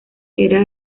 era